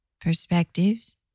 perspectives